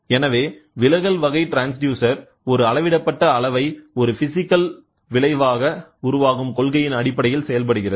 எனவே விலகல் வகை ட்ரான்ஸ்டியூசர் ஒரு அளவிடப்பட்ட அளவை ஒரு பிசிகல் விளைவாக உருவாகும் கொள்கையின் அடிப்படையில் செயல்படுகிறது